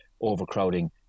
overcrowding